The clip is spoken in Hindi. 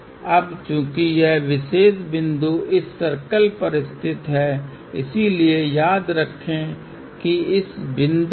अब चूंकि यह विशेष बिंदु इस सर्कल पर स्थित है इसलिए याद रखें कि यह बिंदु हमेशा वास्तविक मूल्य ऐक होगा कुछ चीजें जिन्हें आपको याद रखना है